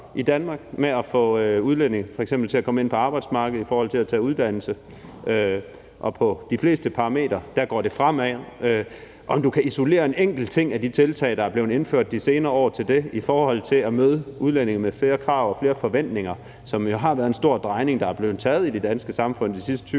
i Danmark, f.eks. med at få udlændinge til at komme ind på arbejdsmarkedet og i forhold til at tage uddannelse, og på de fleste parametre går det fremad. Om du kan isolere en enkelt ting af de tiltag, der er blevet indført de senere år, i forhold til at møde udlændinge med flere krav og flere forventninger, som jo har været en stor drejning, der er blev taget i det danske samfund de sidste 20